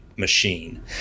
Machine